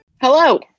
Hello